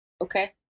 Okay